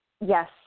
Yes